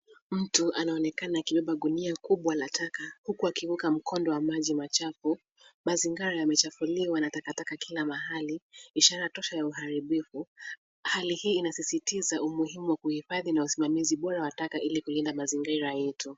Mtu anaonekana akibeba gunia kubwa la taka, huku akivuka mkondo wa maji machafu. Mazingira yamechafuliwa na takataka kila mahali, ishara tosha ya uharibifu. Hali hii inasisitiza umuhimu wa kuhifadhi na usimamizi bora wa taka ilikulinda mazingira yetu.